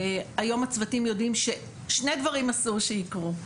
היום הצוותים יודעים ששני דברים אסור שיקרו,